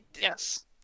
Yes